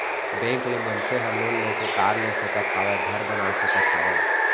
bank ले मनसे ह लोन लेके कार ले सकत हावय, घर बना सकत हावय